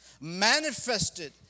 manifested